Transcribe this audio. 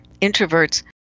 introverts